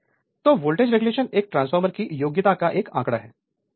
Refer Slide Time 2522 तो voltage regulation एक transformer की योग्यता का एक आंकड़ा है